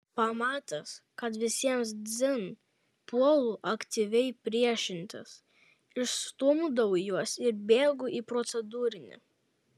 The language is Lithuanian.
pamatęs kad visiems dzin puolu aktyviai priešintis išstumdau juos ir bėgu į procedūrinį